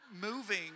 moving